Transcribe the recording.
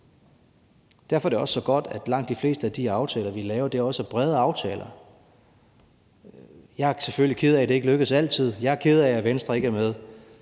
Derfor er det også så godt, at langt de fleste af de aftaler, vi laver, også er brede aftaler. Jeg er selvfølgelig ked af, er det ikke lykkes altid. Jeg er ked af, at Venstre ikke er med,